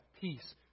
peace